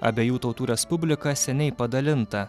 abiejų tautų respublika seniai padalinta